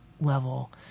level